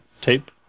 tape